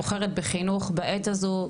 בוחרת בחינוך בעת הזו,